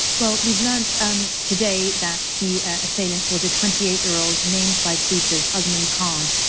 well, we've learnt um today that the assailant was a twenty eight year old named by police's usman khan.